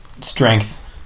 strength